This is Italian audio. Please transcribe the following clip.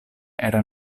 era